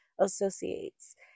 Associates